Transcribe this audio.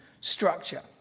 structure